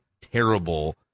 terrible